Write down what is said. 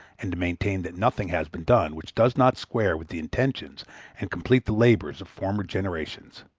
and to maintain that nothing has been done which does not square with the intentions and complete the labors of former generations.